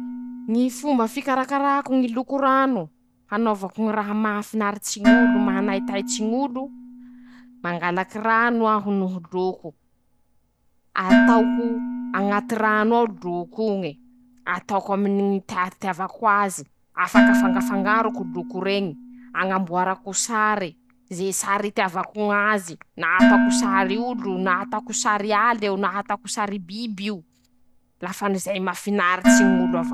Ñy fomba fikarakarako ñy loko rano, hanaovako ñy raha mahafinaritsy ñ'olo manaitaitsy ñ'olo: -Mangalaky rano aho noho loko, ataoko añaty rano ao loko'oñe, hataoko aminy ñy tea hiteavako'aze, afak'afangaroko loko reñy hañamboarako sare, ze sary iteavako ñ'azy na ataoko sary olo na ataoko sary ala eo na ataoko say bib'io, lafa zay no mafinaritsy ñ<...>.